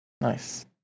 Nice